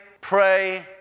pray